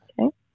Okay